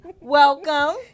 Welcome